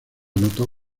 anotó